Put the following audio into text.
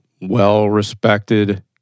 well-respected